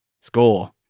score